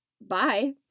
bye